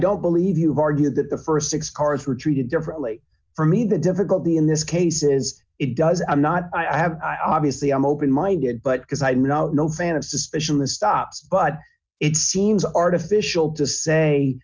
don't believe you argued that the st six cars were treated differently for me the difficulty in this case is it does i'm not i obviously am open minded but because i'm not no fan of suspicion stops but it seems artificial to say